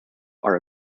are